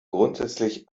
grundsätzlich